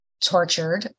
tortured